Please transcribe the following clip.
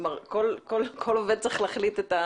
כלומר כל עובד צריך להחליט את ה